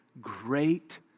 great